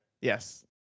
yes